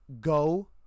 go